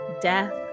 death